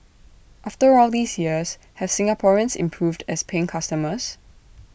after all these years have Singaporeans improved as paying customers